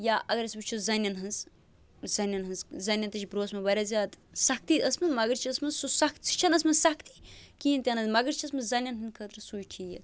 یا اَگر أسۍ وُچھَو زَنٮ۪ن ہٕنٛز زنٮ۪ن ہٕنٛز زنٮ۪ن تہِ چھُ برٛونٛہہ اوسمُت واریاہ زیادٕ سختی ٲسمٕژ مگر یہِ چھِ ٲسمٕژ سُہ سکھ سُہ چھَنہٕ ٲسمٕژ سختی کِہیٖنۍ تہِ نہٕ مگر چھِ ٲسمٕژ زَنٮ۪ن ہٕنٛدِ خٲطرٕ سُے ٹھیٖک